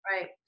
Right